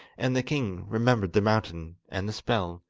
and the king remembered the mountain, and the spell,